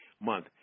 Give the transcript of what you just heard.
month